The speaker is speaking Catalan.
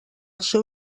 seu